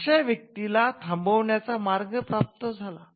अशा व्यक्तीला थांबवण्याचा मार्ग प्राप्त झाला होता